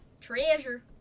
Treasure